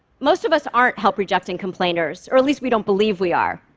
most of us aren't help-rejecting complainers, or at least we don't believe we are.